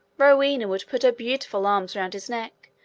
rowena would put her beautiful arms round his neck,